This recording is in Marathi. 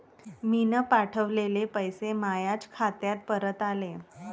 मीन पावठवलेले पैसे मायाच खात्यात परत आले